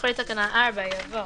אחרי תקנה 4 יבוא